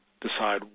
decide